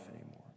anymore